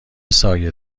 سایه